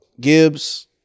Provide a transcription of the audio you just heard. Gibbs